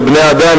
לבני האדם,